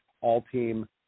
All-Team